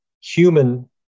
human